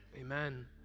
amen